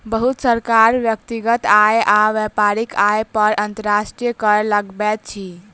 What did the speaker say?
बहुत सरकार व्यक्तिगत आय आ व्यापारिक आय पर अंतर्राष्ट्रीय कर लगबैत अछि